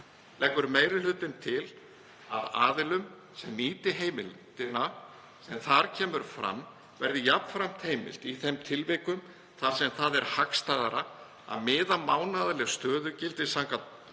Leggur meiri hlutinn til að aðilum sem nýti heimildina sem þar kemur fram verði jafnframt heimilt, í þeim tilvikum þar sem það er hagstæðara, að miða mánaðarleg stöðugildi